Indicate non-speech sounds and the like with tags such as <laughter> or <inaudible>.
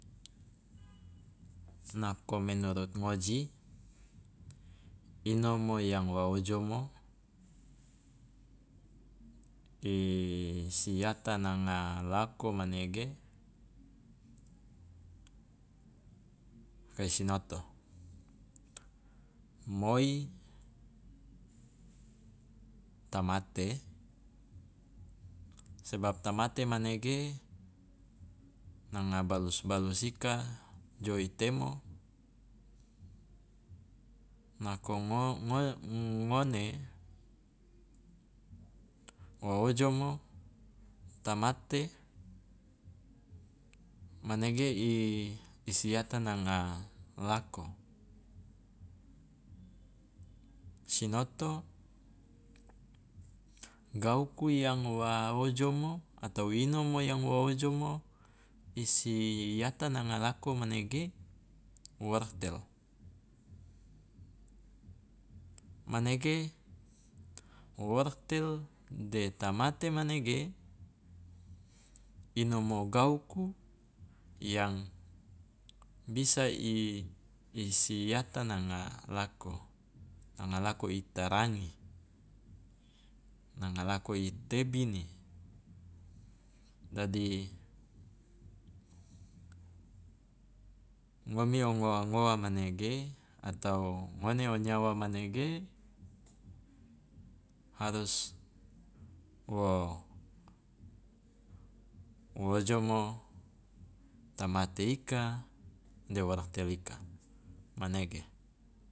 Nako menurut ngoji inomo yang wa ojomo <hesitation> siyata nanga lako manege kai sinoto, moi tamate sebab tamate manege nanga balus balus ika jo i temo nako ngo- ngoe ngone wa ojomo tamate manege i siyata nanga lako. Sinoto, gauku yang wa ojomo atau inomo yang wa ojomo i siyata nanga lako manege wortel, manege wortel de tamate manege inomo gauku yang bisa i i siyata nanga lako, nanga lako i tarangi, nanga lako i tebini, dadi ngomi o ngowa ngowa manege atau ngone o nyawa manege harus wo wo ojomo tamate ika de wortel ika, manege.